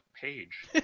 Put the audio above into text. page